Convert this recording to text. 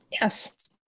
yes